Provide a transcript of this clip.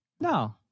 No